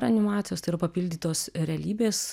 animacijos tai yra papildytos realybės